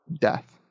death